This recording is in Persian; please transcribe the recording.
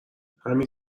همین